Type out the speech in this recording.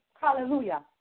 Hallelujah